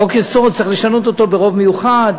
חוק-יסוד צריך לשנות אותו ברוב מיוחד,